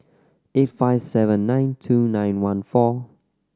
eight five seven nine two nine one four